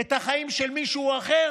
את החיים של מישהו אחר